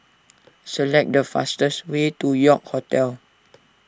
select the fastest way to York Hotel